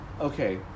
okay